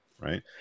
right